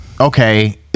okay